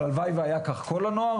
אבל הלוואי שהיה כך כל הנוער,